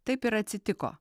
taip ir atsitiko